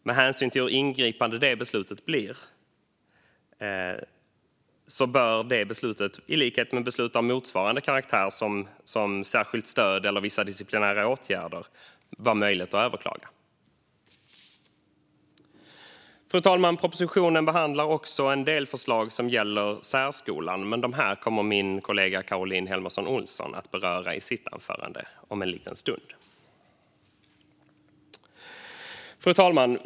Med hänsyn till hur ingripande det beslutet blir bör det i likhet med beslut av motsvarande karaktär, som beslut om särskilt stöd eller vissa disciplinära åtgärder, vara möjligt att överklaga. Fru talman! Propositionen behandlar också en del förslag som gäller särskolan, men dem kommer min kollega Caroline Helmersson Olsson att beröra i sitt anförande om en liten stund. Fru talman!